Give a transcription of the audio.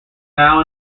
now